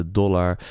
dollar